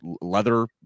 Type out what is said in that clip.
leather